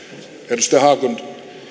edustaja haglund